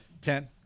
Ten